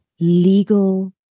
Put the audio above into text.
legal